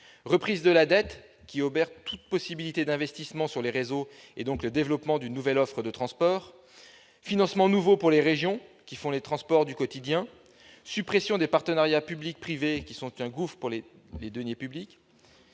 reprise de la dette, qui obère toute possibilité d'investissement dans les réseaux et donc le développement d'une nouvelle offre de transport ; financements nouveaux pour les régions, qui assurent les transports du quotidien ; suppression des partenariats public-privé, qui sont un gouffre pour les deniers publics